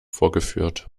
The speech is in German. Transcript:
vorgeführt